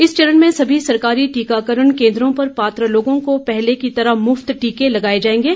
इस चरण में सभी सरकारी टीकाकरण केंद्रों पर पात्र लोगों को पहले की तरह मुफत टीके लगाए जाएंगे